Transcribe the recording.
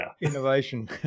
innovation